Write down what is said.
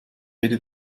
jede